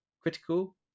critical